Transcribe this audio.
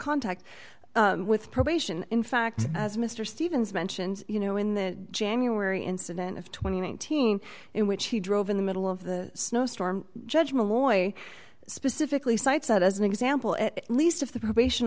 contact with probation in fact as mr stevens mentions you know in the january incident of two thousand and nineteen in which he drove in the middle of the snowstorm judge malloy specifically cites that as an example at least of the probation